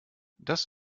das